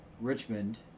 Richmond